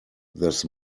this